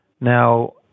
Now